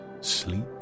sleep